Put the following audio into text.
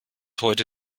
heute